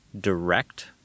direct